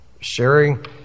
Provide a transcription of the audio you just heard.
Sharing